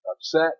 upset